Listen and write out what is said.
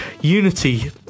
Unity